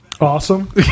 awesome